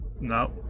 No